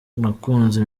nakunze